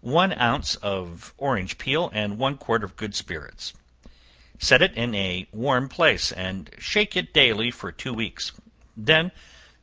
one ounce of orange peel, and one quart of good spirits set it in a warm place, and shake it daily for two weeks then